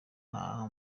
nta